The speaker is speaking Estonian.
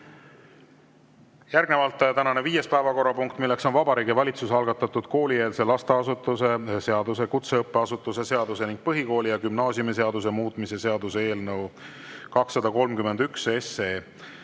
Järgnevalt tänane viies päevakorrapunkt: Vabariigi Valitsuse algatatud koolieelse lasteasutuse seaduse, kutseõppeasutuse seaduse ning põhikooli‑ ja gümnaasiumiseaduse muutmise seaduse eelnõu 231